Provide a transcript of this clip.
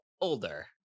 older